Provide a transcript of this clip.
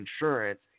insurance